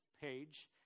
page